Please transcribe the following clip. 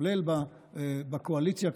כולל בקואליציה,